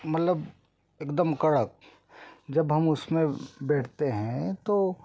मतलब एकदम कड़क जब हम उसमें बैठते हैं तो